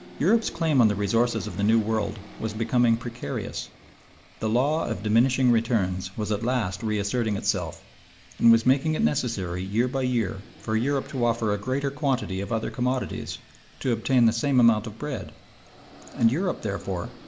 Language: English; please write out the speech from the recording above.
europe's claim on the resources of the new world was becoming precarious the law of diminishing returns was at last reasserting itself and was making it necessary year by year for europe to offer a greater quantity of other commodities to obtain the same amount of bread and europe, therefore,